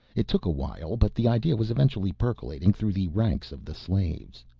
it took a while, but the idea was eventually percolating through the ranks of the slaves.